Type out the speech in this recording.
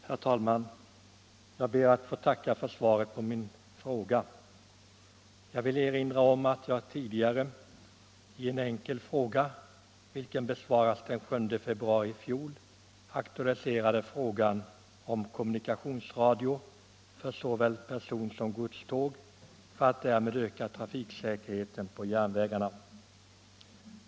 Herr talman! Jag ber att få tacka kommunikationsministern för svaret på min fråga. Jag vill erinra om att jag tidigare i en enkel fråga, som besvarades den 7 februari i fjol, aktualiserade önskemålet om kommunikationsradio för såväl person som godståg för att därmed öka trafiksäkerheten på järnvägarna.